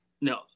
no